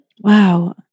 Wow